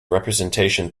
representation